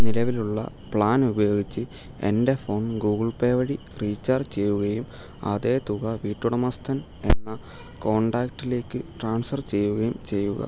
നിലവിലുള്ള പ്ലാൻ ഉപയോഗിച്ച് എൻ്റെ ഫോൺ ഗൂഗിൾ പേ വഴി റീചാർജ് ചെയ്യുകയും അതേ തുക വീട്ടുടമസ്ഥൻ എന്ന കോൺടാക്റ്റിലേക്ക് ട്രാൻസ്ഫർ ചെയ്യുകയും ചെയ്യുക